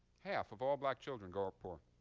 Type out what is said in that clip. half of all black children grow up poor.